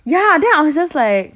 ya then I was just like